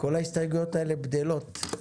כל ההסתייגויות האלה גדלות.